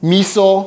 Miso